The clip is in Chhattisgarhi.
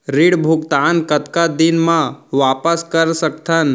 ऋण भुगतान कतका दिन म वापस कर सकथन?